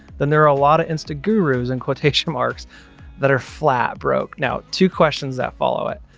then there are a lot of insta gurus and quotation marks that are flat broke. now two questions that follow it.